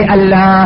Allah